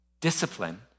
discipline